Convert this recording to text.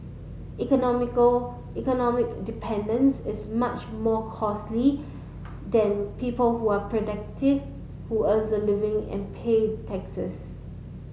economical economic dependence is much more costly than people who are productive who earns a living and pay taxes